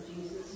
Jesus